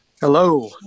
Hello